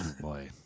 Boy